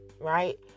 right